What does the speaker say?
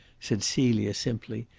said celia simply,